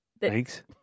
Thanks